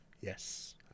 Yes